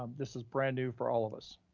um this is brand new for all of us,